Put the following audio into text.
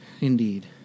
Indeed